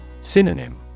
Synonym